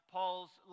Paul's